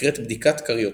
נקראת בדיקת קריוטיפ.